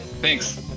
thanks